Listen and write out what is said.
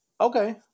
Okay